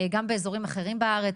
גם באזורים אחרים בארץ,